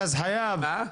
בסדר גמור.